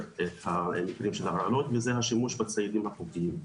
את המקרים של ההרעלות וזה השימוש בציידים החוקיים.